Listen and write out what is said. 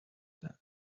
than